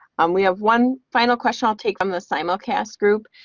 um we have one final question i'll take on the simulcast group.